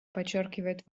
подчеркивает